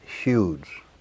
huge